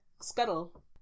Scuttle